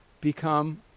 become